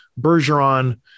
Bergeron